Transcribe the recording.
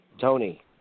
Tony